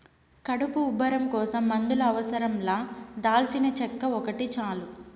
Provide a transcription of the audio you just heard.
కడుపు ఉబ్బరం కోసం మందుల అవసరం లా దాల్చినచెక్క ఒకటి చాలు